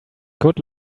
good